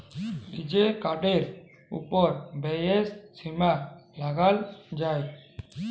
লিজের কার্ডের ওপর ব্যয়ের সীমা লাগাল যায়